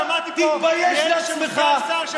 ששמעתי פה, תתבייש בעצמך.